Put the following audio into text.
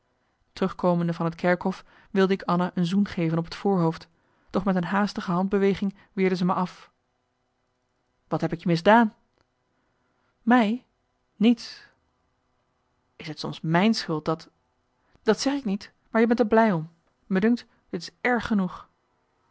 terugkomende van het kerkhof wilde ik anna een marcellus emants een nagelaten bekentenis zoen geven op het voorhoofd doch met een haastige handbeweging weerde ze mij af wat heb ik je misdaan mij niets is t soms mijn schuld dat dat zeg ik niet maar je bent er blij om me dunkt dit is erg genoeg